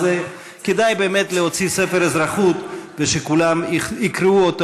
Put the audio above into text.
אז כדאי באמת להוציא ספר אזרחות ושכולם יקראו אותו,